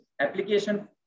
application